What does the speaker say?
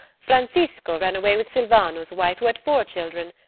francisco ran away with sylvano's wife, who had four children.